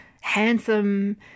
handsome